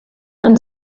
and